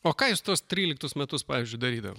o ką jūs tuos tryliktus metus pavyzdžiui darydavo